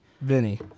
Vinny